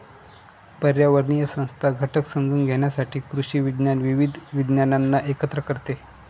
पर्यावरणीय संस्था घटक समजून घेण्यासाठी कृषी विज्ञान विविध विज्ञानांना एकत्र करते